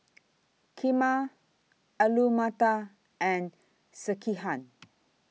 Kheema Alu Matar and Sekihan